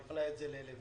הוא הפנה את זה ללוין.